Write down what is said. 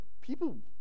people